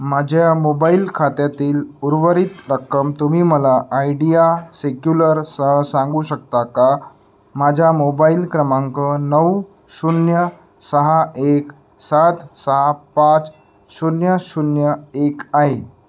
माझ्या मोबाईल खात्यातील उर्वरवरित रक्कम तुम्ही मला आयडिया सेक्युलरसह सांगू शकता का माझा मोबाईल क्रमांक नऊ शून्य सहा एक सात सहा पाच शून्य शून्य एक आहे